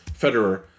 Federer